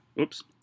Oops